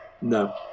No